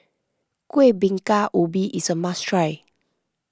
Kuih Bingka Ubi is a must try